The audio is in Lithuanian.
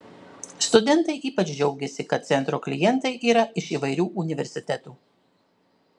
studentai ypač džiaugėsi kad centro klientai yra iš įvairių universitetų